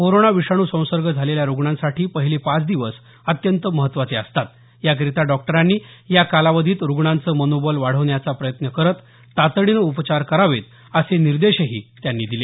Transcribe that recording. corona विषाणू संसर्ग झालेल्या रुग्णांसाठी पहिले पाच दिवस अत्यंत महत्वाचे असतात याकरीता डॉक्टरांनी या कालावधीत रुग्णांचं मनोबल वाढवण्याचा प्रयत्न करत तातडीनं उपचार करावेत असे निर्देश त्यांनी दिले